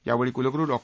यावेळी कुलगुरू डॉ